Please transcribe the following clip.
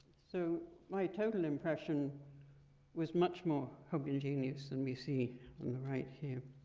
so my total impression was much more homogeneous than we see on the right here.